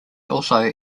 also